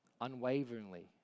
unwaveringly